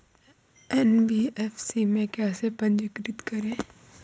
NBFC में कैसे पंजीकृत करें?